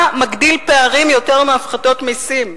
מה מגדיל פערים יותר מהפחתות מסים?